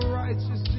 righteous